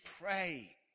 pray